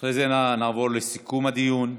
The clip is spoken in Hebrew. אחרי זה נעבור לסיכום הדיון.